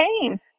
pain